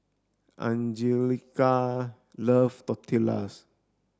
Anjelica love Tortillas